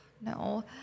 no